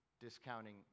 discounting